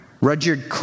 Rudyard